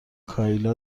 کایلا